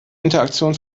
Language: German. interaktion